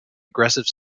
aggressive